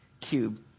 cube